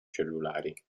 cellulari